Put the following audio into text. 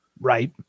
Right